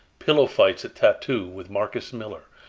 pillow fights at tattoo with marcus miller,